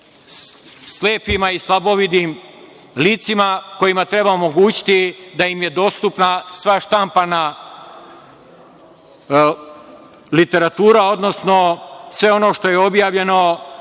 slepim i slabovidim licima kojima treba omogućiti da im je dostupna sva štampana literatura, odnosno sve ono što je objavljeno